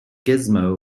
gizmo